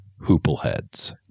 hoopleheads